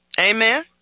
Amen